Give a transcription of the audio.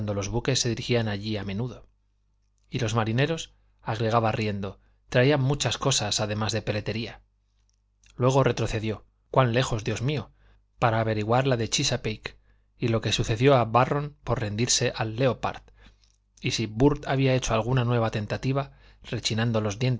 los buques se dirigían allá a menudo y los marineros agregaba riendo traían muchas otras cosas además de peletería luego retrocedió cuán lejos dios mío para averiguar de la chesapeake y lo que sucedió a barron por rendirse al leopard y si burr había hecho alguna nueva tentativa rechinando los